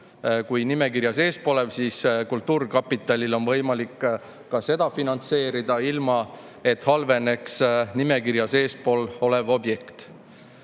kui nimekirjas eespool olev, siis on kultuurkapitalil võimalik ka seda finantseerida, ilma et halveneks nimekirjas eespool oleva objekti